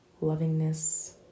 lovingness